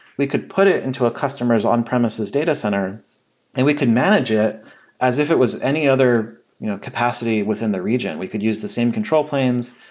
we could put it into a customer s on-premises data center and we can manage it as if it was any other capacity within the region. we could use the same control planes.